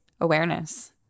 awareness